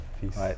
Peace